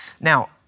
Now